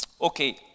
Okay